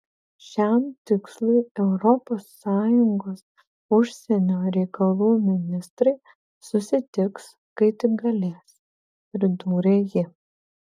šiam tikslui europos sąjungos užsienio reikalų ministrai susitiks kai tik galės pridūrė ji